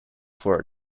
for